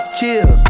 Chill